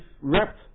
wrapped